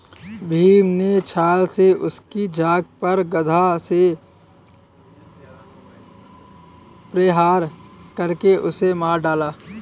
भीम ने छ्ल से उसकी जांघ पर गदा से प्रहार करके उसे मार डाला